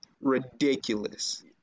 ridiculous